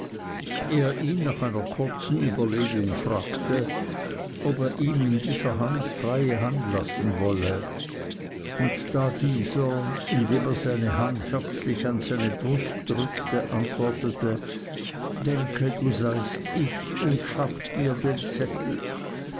ihn nach einer kurzen überlegung fragte ob er ihm in dieser sache freie hand lassen wolle und da dieser indem er seine hand herzlich an seine brust drückte antwortete denke du seist ich und schaff mir den zettel